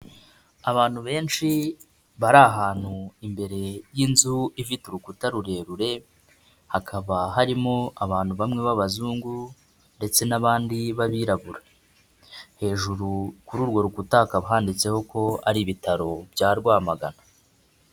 Abantu benshi bari ahantu imbere y'inzu ifite urukuta rurerure, hakaba harimo abantu bamwe b'abazungu ndetse n'abandi b'abirabura, hejuru kuri urwo rukuta hakaba handitseho ko ari ibitaro bya Rwamagana.